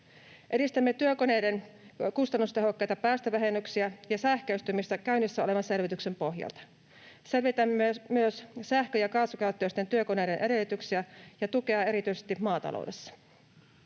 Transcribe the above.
Edistämme työkoneiden kustannustehokkaita päästövähennyksiä ja sähköistymistä käynnissä olevan selvityksen pohjalta. Selvitämme myös sähkö- ja kaasukäyttöisten työkoneiden edellytyksiä ja tukea erityisesti maataloudessa.